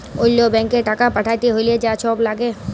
অল্য ব্যাংকে টাকা পাঠ্যাতে হ্যলে যা ছব ল্যাগে